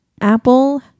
Apple